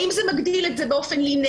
האם זה מגדיל את זה באופן ליניארי?